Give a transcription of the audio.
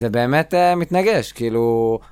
זה באמת מתנגש, כאילו...